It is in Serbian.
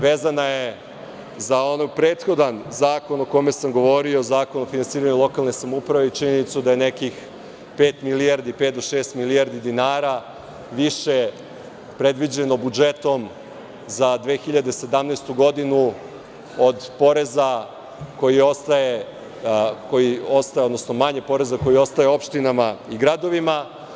Vezana je za onaj prethodni zakon o kome sam govorio, Zakon o finansiranju lokalne samouprave i činjenicu da nekih pet milijardi, pet do šest milijardi dinara više predviđeno budžetom za 2017. godinu od poreza koji ostaje, odnosno manje poreza koji ostaje opštinama i gradovima.